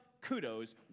Kudos